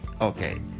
Okay